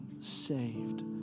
saved